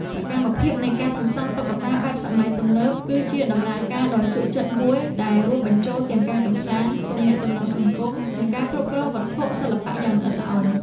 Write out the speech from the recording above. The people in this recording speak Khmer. សកម្មភាពនៃការសន្សំតុក្កតាបែបសម័យទំនើប គឺជាដំណើរការដ៏ជក់ចិត្តមួយដែលរួមបញ្ចូលទាំងការកម្សាន្ត ទំនាក់ទំនងសង្គម និងការគ្រប់គ្រងវត្ថុសិល្បៈយ៉ាងល្អិតល្អន់។